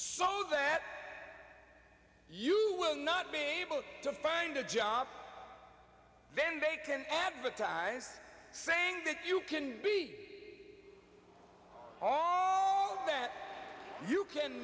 so that you will not be able to find a job then they can advertise saying that you can be all that you can